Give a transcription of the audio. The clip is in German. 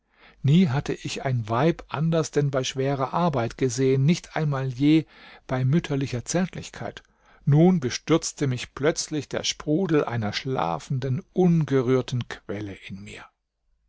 nie hatte ich ein weib anders denn bei schwerer arbeit gesehen nicht einmal je bei mütterlicher zärtlichkeit nun bestürzte mich plötzlich der sprudel einer schlafenden ungerührten quelle in mir